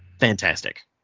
fantastic